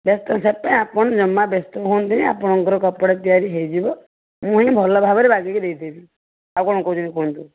ବ୍ୟସ୍ତ ସେ ପାଇଁ ଆପଣ ଜମା ବ୍ୟସ୍ତ ହୁଅନ୍ତୁନି ଆପଣଙ୍କର କପଡ଼ା ତିଆରି ହେଇଯିବ ମୁଁ ହିଁ ଭଲ ଭାବରେ ବାଗେଇକି ଦେଇ ଦେବି ଆଉ କ'ଣ କହୁଛନ୍ତି କୁହନ୍ତୁ